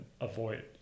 avoid